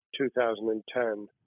2010